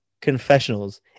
confessionals